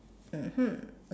mmhmm